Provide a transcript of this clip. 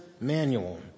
manual